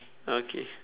okay